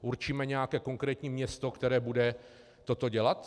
Určíme nějaké konkrétní město, které bude toto dělat?